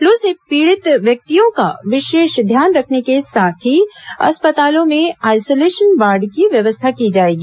लू से पीड़ित व्यक्तियों का विशेष ध्यान रखने के साथ ही अस्पतालों में आइशोलेशन वार्ड की व्यवस्था की जाएगी